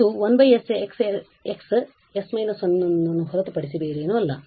ಆದ್ದರಿಂದ ಇದು 1 s Xs − 1 ಹೊರತುಪಡಿಸಿ ಬೇರೇನೂ ಅಲ್ಲ